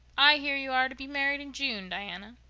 i hear you are to be married in june, diana.